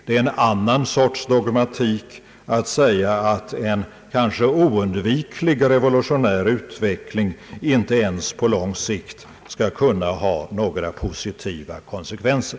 Det är en annan typ av dogmatik att säga att en kanske oundviklig revolutionär utveckling inte ens på lång sikt skall kunna få några positiva konsekvenser.